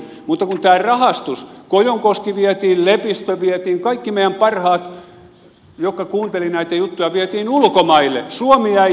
mutta kun on tämä rahastus kojonkoski vietiin lepistö vietiin kaikki meidän parhaat jotka kuuntelivat näitä juttuja vietiin ulkomaille niin suomi jäi heitteille